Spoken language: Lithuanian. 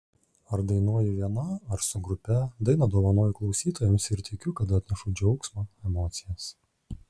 ar dainuoju viena ar su grupe dainą dovanoju klausytojams ir tikiu kad atnešu džiaugsmą emocijas